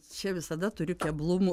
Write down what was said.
čia visada turiu keblumų